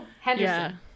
Henderson